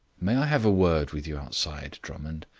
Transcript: may i have a word with you outside, drummond?